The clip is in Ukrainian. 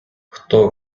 хто